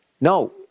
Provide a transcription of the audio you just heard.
no